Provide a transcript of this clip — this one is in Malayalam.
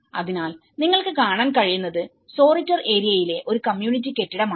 അതിനാൽ നിങ്ങൾക്ക് കാണാൻ കഴിയുന്നത് സോറിറ്റർ ഏരിയയിലെഒരു കമ്മ്യൂണിറ്റി കെട്ടിടമാണ്